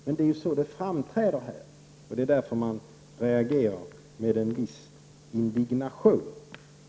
Det är emellertid så det framträder här, och det är därför man reagerar med en viss indignation.